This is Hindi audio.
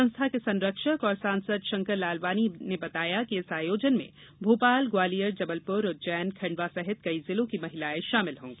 संस्था के संरक्षक और सांसद शंकर लालवानी ने बताया कि इस आयोजन में भोपाल ग्वालियर जबलपुर उज्जैन खण्डवा सहित कई जिलों की महिलायें शामिल होंगी